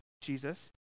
Jesus